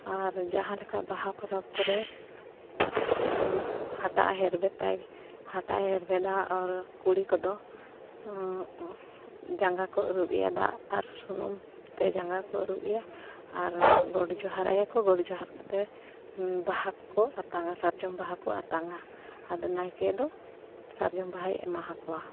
ᱟᱨ ᱡᱟᱦᱟᱸ ᱞᱮᱠᱟ ᱵᱟᱦᱟ ᱯᱚᱨᱚᱵᱽ ᱠᱚᱨᱮ ᱦᱟᱴᱟᱜ ᱦᱮᱨᱢᱮᱫ ᱛᱟᱭ ᱦᱟᱴᱟᱜ ᱦᱮᱨᱢᱮᱫᱟ ᱟᱨ ᱠᱩᱲᱤ ᱠᱚᱫᱚ ᱡᱟᱸᱜᱟ ᱠᱚ ᱟᱹᱨᱩᱵ ᱮᱭᱟ ᱫᱟᱜ ᱟᱨ ᱥᱩᱱᱩᱢᱛᱮ ᱡᱟᱸᱜᱟ ᱠᱚ ᱟᱹᱨᱩᱵᱮᱭᱟ ᱟᱨ ᱜᱚᱰ ᱡᱚᱦᱟᱨᱟᱭᱟᱠᱚ ᱜᱚᱰ ᱡᱚᱦᱟᱨ ᱠᱟᱛᱮ ᱵᱟᱦᱟ ᱠᱚ ᱟᱛᱟᱝᱼᱟ ᱥᱟᱨᱡᱚᱢ ᱵᱟᱦᱟ ᱠᱚ ᱟᱛᱟᱝᱼᱟ ᱟᱫᱚ ᱱᱟᱭᱠᱮ ᱫᱚ ᱥᱟᱨᱡᱚᱢ ᱵᱟᱦᱟᱭ ᱮᱢᱟ ᱠᱚᱣᱟ